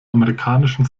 amerikanischen